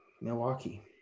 Milwaukee